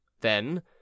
Then